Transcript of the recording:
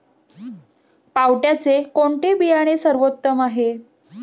पावट्याचे कोणते बियाणे सर्वोत्तम आहे?